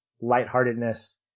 lightheartedness